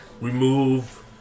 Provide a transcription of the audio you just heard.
Remove